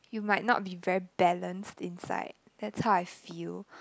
you might not be very balanced inside that's how I feel